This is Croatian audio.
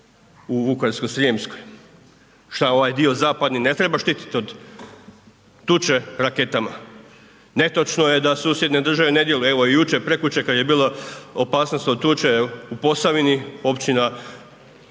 u Vukovarsko-srijemskoj. Šta ovaj dio zapadni ne treba štititi od tuče raketama? Netočno je da susjedne države ne djeluju, evo jučer, prekjučer kad je bilo opasnost od tuče u Posavini, općina Davor,